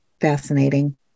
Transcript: fascinating